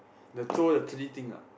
the throw the three thing ah